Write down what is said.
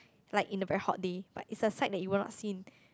like in a very hot day like it's a fact that you will not seen